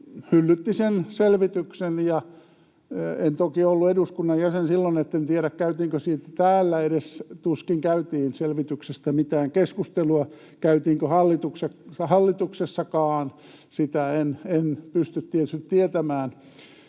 hyllytti sen selvityksen. En toki ollut eduskunnan jäsen silloin, niin etten tiedä, käytiinkö siitä selvityksestä täällä edes — tuskin käytiin — mitään keskustelua. Käytiinkö hallituksessakaan, sitä en pysty tietysti tietämään.